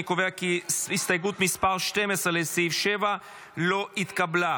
אני קובע כי הסתייגות 12 לסעיף 7 לא התקבלה.